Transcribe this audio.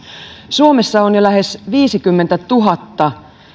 suomessa on jo lähes viisikymmentätuhatta